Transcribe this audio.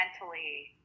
mentally